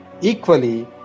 equally